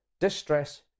distress